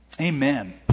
amen